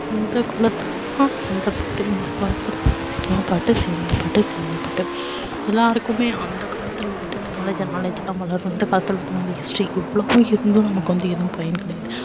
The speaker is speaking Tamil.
இந்த காலத்திலலாம் இந்த பாட்டு இந்த சினிமா பாட்டு சினிமா பாட்டு சினிமா பாட்டு எல்லாருக்குமே அந்த காலத்தில் உள்ள டெக்னாலஜி நாலேஜ் தான் வளரணும் இந்த காலத்தில் அது ஹிஸ்ட்ரி இவ்வளோவு இருந்தும் நமக்கு வந்து எதுவும் பயன் கிடையாது